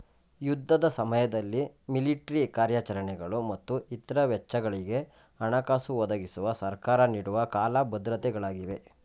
ಯುದ್ಧದ ಸಮಯದಲ್ಲಿ ಮಿಲಿಟ್ರಿ ಕಾರ್ಯಾಚರಣೆಗಳು ಮತ್ತು ಇತ್ರ ವೆಚ್ಚಗಳಿಗೆ ಹಣಕಾಸು ಒದಗಿಸುವ ಸರ್ಕಾರ ನೀಡುವ ಕಾಲ ಭದ್ರತೆ ಗಳಾಗಿವೆ